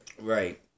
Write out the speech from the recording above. Right